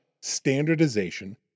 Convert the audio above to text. standardization